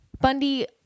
Bundy